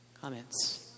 Comments